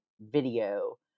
video